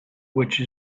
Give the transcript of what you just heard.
which